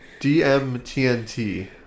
DMTNT